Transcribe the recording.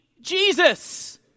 Jesus